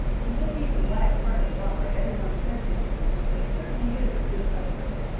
he may be the black-hearted robber every one says he is, but he certainly is a good husband.